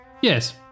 yes